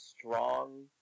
strong